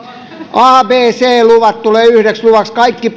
b ja c luvat tulevat yhdeksi luvaksi kaikki